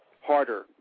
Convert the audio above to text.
harder